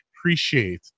appreciate